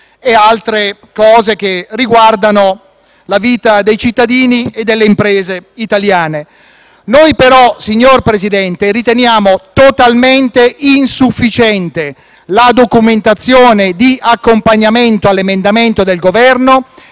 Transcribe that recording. e altre cose che riguardano la vita dei cittadini e delle imprese italiane. Noi però, signor Presidente, riteniamo totalmente insufficiente la documentazione di accompagnamento all'emendamento del Governo